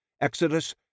Exodus